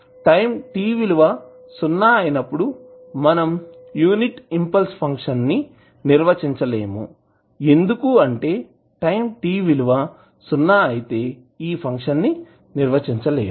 time t విలువ సున్నా అయినప్పుడు మనం యూనిట్ ఇంపల్స్ ఫంక్షన్ ని నిర్వచించలేము ఎందుకంటే టైం t విలువ సున్నా అయితే ఈ ఫంక్షన్ ని నిర్వచించలేము